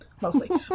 mostly